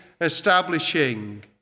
establishing